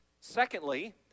Secondly